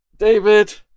David